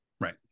Right